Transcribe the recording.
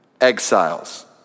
exiles